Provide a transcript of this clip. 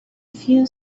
few